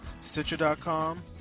Stitcher.com